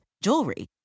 jewelry